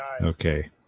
Okay